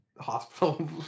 hospital